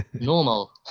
normal